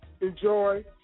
enjoy